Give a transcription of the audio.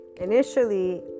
initially